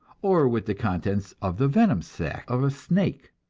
or with the contents of the venom sac of a snake.